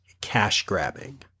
cash-grabbing